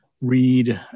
read